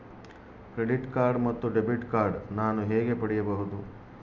Credit card ಮತ್ತು debit card ನಾನು ಹೇಗೆ ಪಡೆಯಬಹುದು?